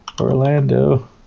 Orlando